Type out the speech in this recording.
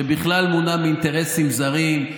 שבכלל מונע מאינטרסים זרים,